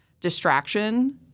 distraction